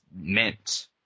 meant